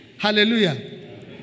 Hallelujah